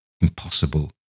Impossible